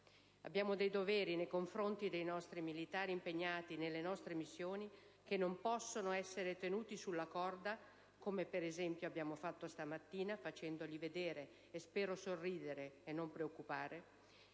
Abbiamo dei doveri nei confronti dei nostri militari, impegnati nelle nostre missioni, che non possono essere tenuti sulla corda - come per esempio abbiamo fatto stamattina, facendoli spero sorridere e non preoccupare